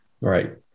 Right